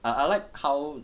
I I like how